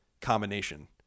combination